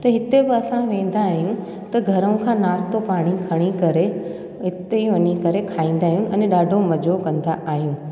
त हिते बि असां वेंदा आहियूं त घरो खां नाश्तो पाणी खणी करे उते वञी करे खाईंदा आहियूं अने ॾाढो मज़ो कंदा आहियूं